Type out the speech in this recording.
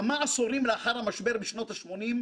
כמה עשורים לאחר המשבר בשנות ה-80,